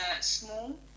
small